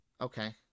Okay